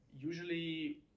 Usually